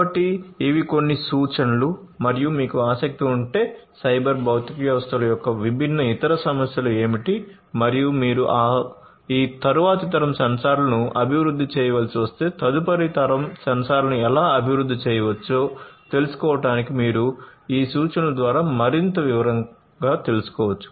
కాబట్టి ఇవి కొన్ని సూచనలు మరియు మీకు ఆసక్తి ఉంటే సైబర్ భౌతిక వ్యవస్థల యొక్క విభిన్న ఇతర సమస్యలు ఏమిటి మరియు మీరు ఈ తరువాతి తరం సెన్సార్లను అభివృద్ధి చేయాల్సి వస్తే తదుపరి తరం సెన్సార్లను ఎలా అభివృద్ధి చేయవచ్చో తెలుసుకోవడానికి మీరు ఈ సూచనల ద్వారా మరింత వివరంగా తెలుసుకోవచ్చు